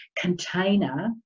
container